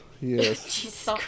Yes